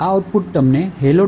આ આઉટપુટ તમને hello